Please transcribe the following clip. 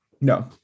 no